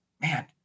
man